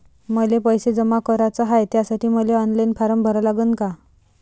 मले पैसे जमा कराच हाय, त्यासाठी मले ऑनलाईन फारम भरा लागन का?